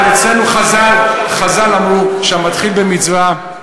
אבל חז"ל אמרו שהמתחיל במצווה,